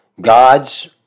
God's